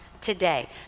today